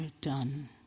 done